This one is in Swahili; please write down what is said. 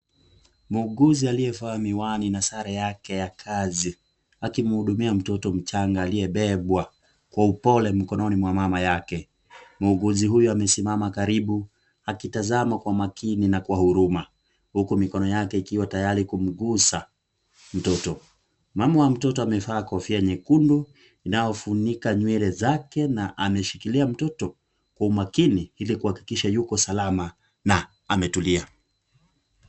Muuguzi aliyevaa miwani na sare yake ya kazi akimhudumia mtoto mchanga aliyebebwa kwa upole mikononi mwa mama yake. Muuguzi huyu amesimama karibu akitazama kwa makini na kwa huruma, huku mkono yake ikiwa tayari kumgusa mtoto. Mama ya mtoto amevaa kofia nyekundu unaofunika nywele zake na ameshikilia mtoto kwa makini ili kuhakikisha yuko salama na ametulia.